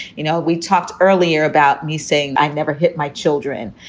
you know we talked earlier about me saying i've never hit my children.